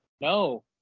No